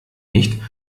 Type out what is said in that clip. nicht